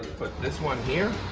this one here.